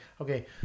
Okay